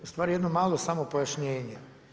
Ustvari jedno malo samo pojašnjenje.